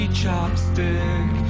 chopstick